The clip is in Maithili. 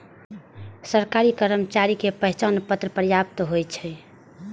सरकारी कर्मचारी के पहचान पत्र पर्याप्त होइ छै